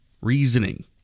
reasoning